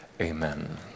Amen